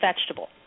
vegetable